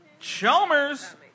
Chalmers